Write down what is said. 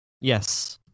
yes